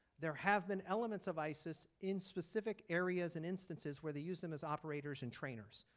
there have been elements of isis in specific areas and instances where they use them as operators and trainers.